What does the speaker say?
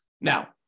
Now